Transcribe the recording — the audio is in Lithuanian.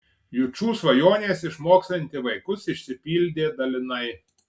jučų svajonės išmokslinti vaikus išsipildė dalinai